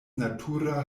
natura